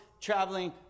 traveling